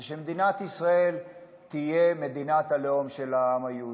זה שמדינת ישראל תהיה מדינת הלאום של העם היהודי.